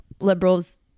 liberals